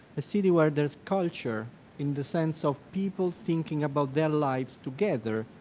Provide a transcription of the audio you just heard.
a city where there's culture in the sense of people thinking about their lives together.